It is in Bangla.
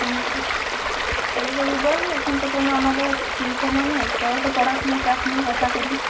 হুম তা কবে যাবি বল এখন তো কোনো আমাদের টিউশনও নেই তোরও তো পড়াশুনার চাপ নেই আশা করি